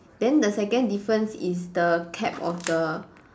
then the second difference is the cap of the